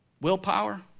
Willpower